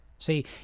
See